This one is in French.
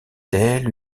telle